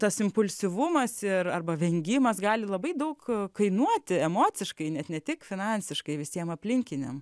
tas impulsyvumas ir arba vengimas gali labai daug kainuoti emociškai nes ne tik finansiškai visiem aplinkiniam